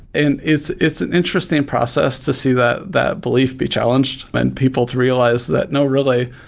and it's it's an interesting process to see that that believe be challenged and people to realize that, no, really.